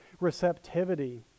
receptivity